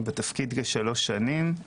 אני בתפקיד כשלוש שנים.